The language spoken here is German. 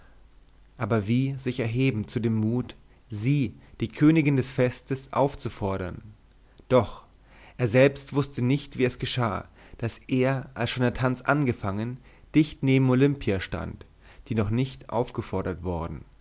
aber wie sich erheben zu dem mut sie die königin des festes aufzufordern doch er selbst wußte nicht wie es geschah daß er als schon der tanz angefangen dicht neben olimpia stand die noch nicht aufgefordert worden